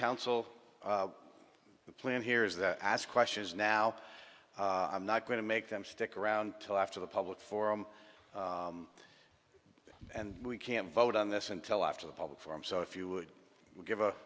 council the plan here is that i ask questions now i'm not going to make them stick around till after the public forum and we can vote on this until after the public forum so if you would give a